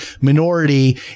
minority